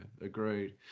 agreed